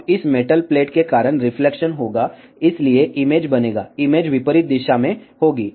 अब इस metal plate के कारण रिफ्लेक्शन होगा इसलिए इमेज बनेगा इमेज विपरीत दिशा में होगी